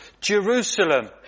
Jerusalem